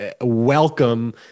welcome